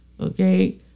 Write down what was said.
Okay